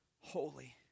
holy